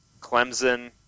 Clemson